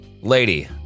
Lady